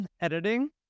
editing